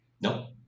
no